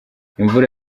imvura